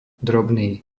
drobný